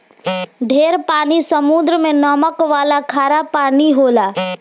ढेर पानी समुद्र मे नमक वाला खारा पानी होला